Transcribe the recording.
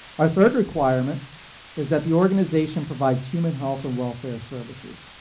our third requirement is that the organization provides human, health, and welfare services